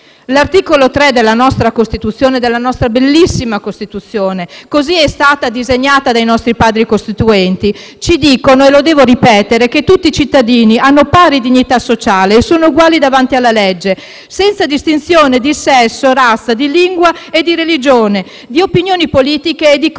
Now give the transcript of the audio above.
L'articolo 3 della nostra bellissima Costituzione, così è stata disegnata dai nostri Padri costituenti, ci dice - e lo devo ripetere - che tutti i cittadini hanno pari dignità sociale e sono uguali davanti alla legge senza distinzione di sesso, razza, di lingua e di religione, di opinioni politiche e di condizioni